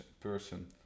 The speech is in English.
person